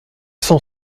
cent